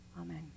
Amen